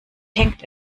hängt